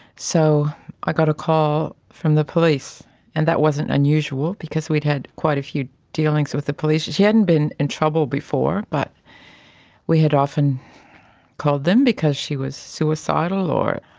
so i got a call from the police and that wasn't unusual because we had had quite a few dealings with the police, and yeah she hadn't been in trouble before but we had often called them because she was suicidal or,